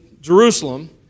Jerusalem